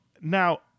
now